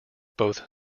both